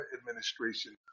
administration